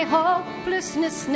hopelessness